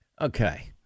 Okay